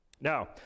Now